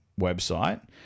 website